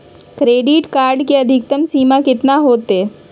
Credit card के अधिकतम सीमा कितना होते?